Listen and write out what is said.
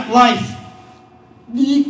life